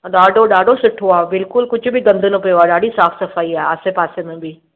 ॾाढो ॾाढो सुठो आहे बिल्कुलु कुझु बि गंदु न पियो आहे ॾाढी साफ़ु सफ़ाइ आहे आसे पासे में बि